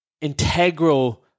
integral